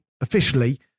officially